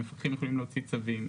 המפקחים יכולים להוציא צווים,